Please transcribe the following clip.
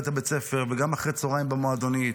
בית הספר וגם אחרי הצוהריים במועדונית,